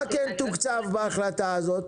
מה כן תוקצב בהחלטה הזאת?